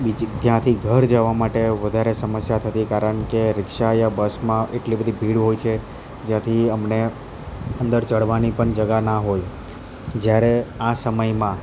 ત્યાંથી ઘર જવા માટે વધારે સમસ્યા થતી કારન કે રીક્ષા યા બસમાં એટલી બધી ભીડ હોય છે જેથી અમને અંદર ચડવાની પન જગા ન હોય જ્યારે આ સમયમાં